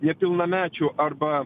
nepilnamečių arba